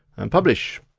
and publish.